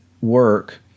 work